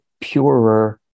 purer